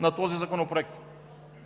на този законопроект?